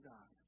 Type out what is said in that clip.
God